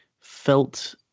felt